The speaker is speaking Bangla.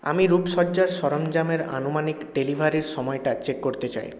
আমি রূপসজ্জার সরঞ্জামের আনুমানিক ডেলিভারির সময়টা চেক করতে চাই